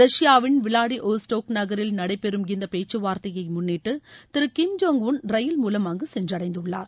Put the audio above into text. ரஷ்யாவின் Vladivostok நகரில் நடைபெறும் இந்த பேச்சுவார்தையை முன்னிட்டு திரு கிம் ஜோங் உன் ரயில் மூலம் அங்கு சென்றடைந்துள்ளார்